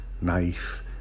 knife